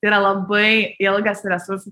tai yra labai ilgas resursų